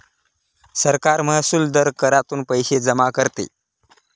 सरकार महसुली दर करातून पैसे जमा करते